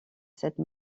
cette